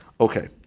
Okay